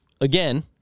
Again